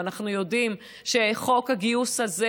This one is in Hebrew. ואנחנו יודעים שחוק הגיוס הזה,